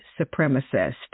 supremacist